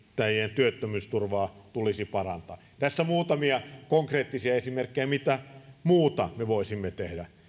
työttömyysturvaa tulisi parantaa tässä muutamia konkreettisia esimerkkejä mitä muuta me voisimme tehdä